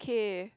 okay